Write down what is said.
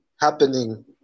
happening